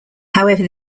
however